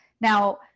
Now